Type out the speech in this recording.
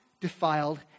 defiled